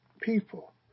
people